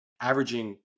averaging